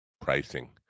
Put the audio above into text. pricing